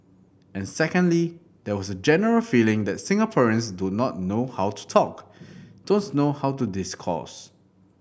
and secondly there was a general feeling that Singaporeans do not know how to talk don't know how to discourse